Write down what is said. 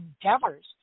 endeavors